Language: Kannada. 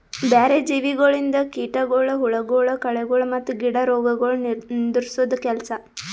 ಬ್ಯಾರೆ ಜೀವಿಗೊಳಿಂದ್ ಕೀಟಗೊಳ್, ಹುಳಗೊಳ್, ಕಳೆಗೊಳ್ ಮತ್ತ್ ಗಿಡ ರೋಗಗೊಳ್ ನಿಂದುರ್ಸದ್ ಕೆಲಸ